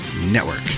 network